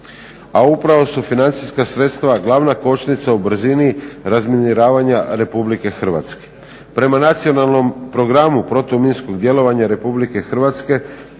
a upravo su financijska sredstva glavna kočnica u brzini razminiravanje Republike Hrvatske. Prema nacionalnom programu protu minskog djelovanja Republike Hrvatske